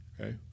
Okay